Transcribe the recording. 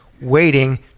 waiting